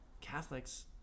Catholics